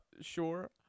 Sure